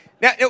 Now